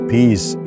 Peace